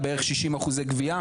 בערך 60% גבייה?